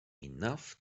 enough